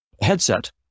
headset